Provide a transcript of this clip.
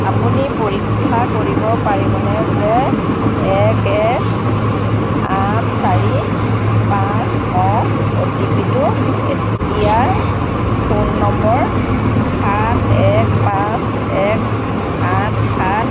আপুনি পৰীক্ষা কৰিব পাৰিবনে যে এক এক আঠ চাৰি পাঁচ ন অ' টি পি টো এতিয়া ফোন নম্বৰ সাত এক পাঁচ এক আঠ সাত